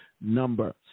number